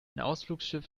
ausflugsschiff